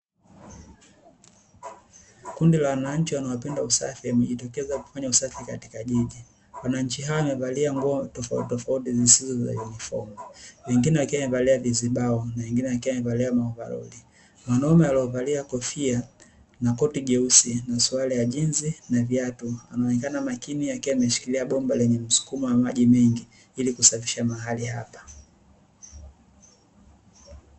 Kundi la wananchi wanaopenda usafi, wamejitokeza kufanya usafi katika jiji. Wananchi hao wamevalia nguo tofautitofauti zisizo za yunifomu, wengine wakiwa wamevalia vizibao, wengine wakiwa wamevalia maovaroli. Mwanaume alievalia kofia, na koti jeusi, na suruali ya jinsi na viatu anaonekana akiwa makini ameshikilia bomba lenye msukomo wa maji mengi ili kusafisha mahali hapa.